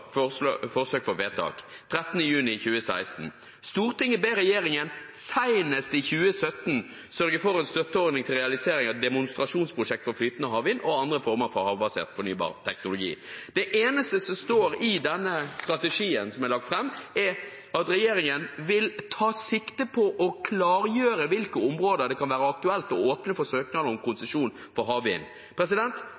forsøk på vedtak, den 13. juni 2016: «Stortinget ber regjeringen senest i 2017 sørge for en støtteordning til realisering av demonstrasjonsprosjekt for flytende havvind og andre former for havbasert fornybar teknologi.» Det eneste som står i denne strategien som er lagt fram, er at regjeringen vil ta «sikte på å klargjøre» hvilke områder det kan være aktuelt å åpne for søknader om